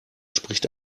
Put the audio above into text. spricht